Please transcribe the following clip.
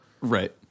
Right